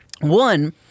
One